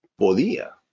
podía